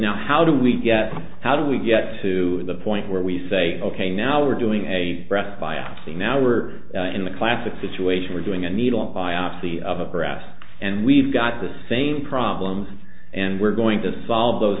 now how do we get how do we get to the point where we say ok now we're doing a breast biopsy now we're in the classic situation we're doing a needle biopsy of a breast and we've got the same problems and we're going to solve those